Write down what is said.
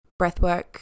Breathwork